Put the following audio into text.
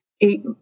eight